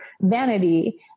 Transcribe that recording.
vanity